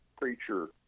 preacher